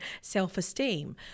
self-esteem